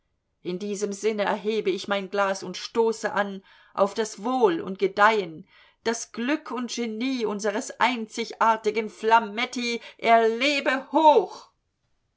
in diesem sinne erhebe ich mein glas und stoße an auf das wohl und gedeihen das glück und genie unseres einzigartigen flametti er lebe hoch